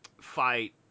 fight